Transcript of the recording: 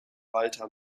walter